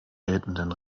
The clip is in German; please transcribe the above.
geltenden